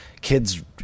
kids